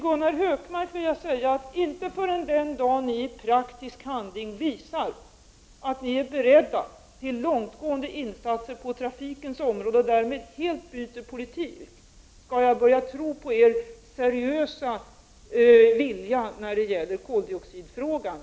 Gunnar Hökmark, inte förrän den dag moderaterna i praktisk handling visar att de är beredda till långtgående insatser på trafikens område, och därmed helt byter politik, skall jag börja tro på moderaternas seriösa vilja när det gäller koldioxidfrågan.